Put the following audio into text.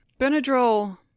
Benadryl